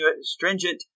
stringent